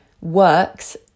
works